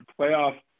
playoff